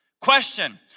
Question